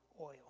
oil